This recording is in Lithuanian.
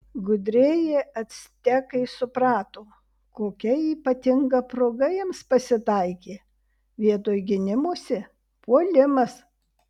gudrieji actekai suprato kokia ypatinga proga jiems pasitaikė vietoj gynimosi puolimas